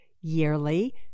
yearly